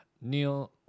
Neil